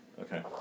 Okay